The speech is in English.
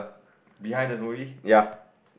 ya